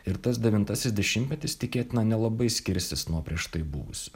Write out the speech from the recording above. ir tas devintasis dešimtmetis tikėtina nelabai skirsis nuo prieš tai buvusių